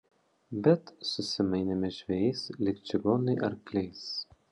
bet susimainėme žvejais lyg čigonai arkliais